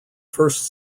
first